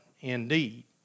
indeed